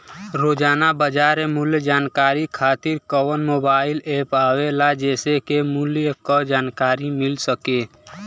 रोजाना बाजार मूल्य जानकारी खातीर कवन मोबाइल ऐप आवेला जेसे के मूल्य क जानकारी मिल सके?